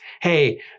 hey